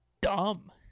dumb